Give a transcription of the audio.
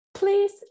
please